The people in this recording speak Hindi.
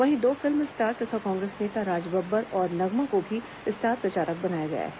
वहीं दो फिल्म स्टार तथा कांग्रेस नेता राजबब्बर और नगमा को भी स्टार प्रचारक बनाया गया है